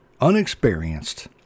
unexperienced